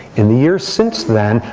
in the years since then,